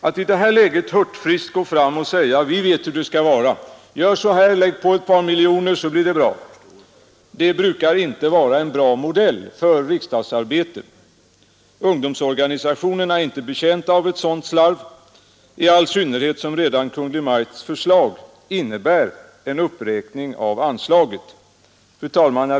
Att i detta läge hurtfriskt gå fram och säga att vi vet hur det skall vara, gör så här och lägg på ett par miljoner kronor så blir det bra, brukar inte vara en bra modell för riksdagsarbetet. Ungdomsorganisationerna är inte betjänta av ett sådant slarv, i all synnerhet som redan Kungl. Maj:ts förslag innebär en uppräkning av anslaget. Fru talman!